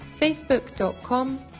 facebook.com